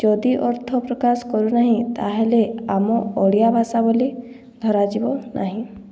ଯଦି ଅର୍ଥପ୍ରକାଶ କରୁନାହିଁ ତାହେଲେ ଆମ ଓଡ଼ିଆଭାଷା ବୋଲି ଧରାଯିବ ନାହିଁ